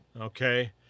Okay